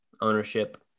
ownership